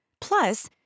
Plus